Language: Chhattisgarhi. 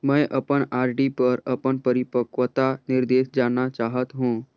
मैं अपन आर.डी पर अपन परिपक्वता निर्देश जानना चाहत हों